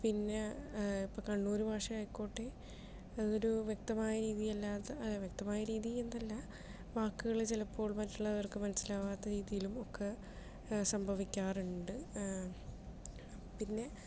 പിന്നെ ഇപ്പോൾ കണ്ണൂരു ഭാഷ ആയിക്കോട്ടെ അതൊരു വ്യക്തമായ രീതിയല്ലാത്ത വ്യക്തമായ രീതി എന്നല്ല വാക്കുകൾ ചിലപ്പോൾ മറ്റുള്ളവർക്ക് മനസ്സിലാവാത്ത രീതിയിലും ഒക്കെ സംഭവിക്കാറുണ്ട് പിന്നെ